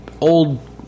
old